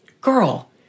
Girl